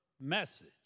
message